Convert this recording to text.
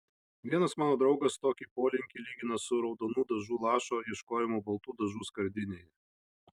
vienas mano draugas tokį polinkį lygina su raudonų dažų lašo ieškojimu baltų dažų skardinėje